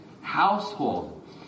household